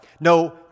No